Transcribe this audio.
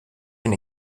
been